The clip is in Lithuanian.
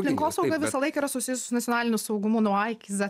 aplinkosauga visąlaik yra susijusi su nacionaliniu saugumu nuo a iki z